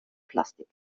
plastik